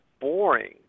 boring